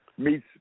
Meets